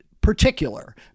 particular